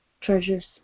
treasures